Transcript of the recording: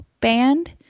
band